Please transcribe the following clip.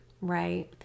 Right